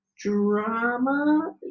drama